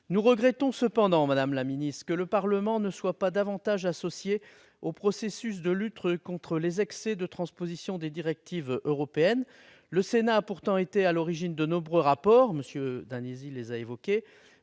Nous regrettons cependant, madame la secrétaire d'État, que le Parlement ne soit pas davantage associé au processus de lutte contre les excès de transposition des directives européennes. Le Sénat a pourtant été à l'origine de nombreux rapports mettant en évidence